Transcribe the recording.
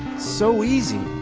so easy.